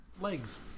legs